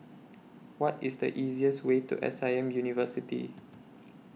What IS The easiest Way to S I M University